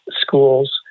schools